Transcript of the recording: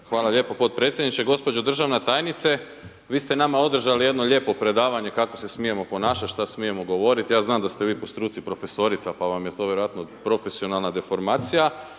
Hvala lijepo potpredsjedniče. Gospođo državna tajnice vi ste nama održali jedno lijepo predavanje kako se smijemo ponašati, šta smijemo govoriti, ja znam da ste vi po struci profesorica, pa vam je to vjerojatno profesionalna deformacija,